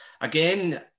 Again